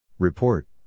Report